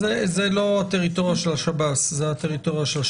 לא הטריטוריה של השב"ס אלא של השופט.